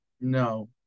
No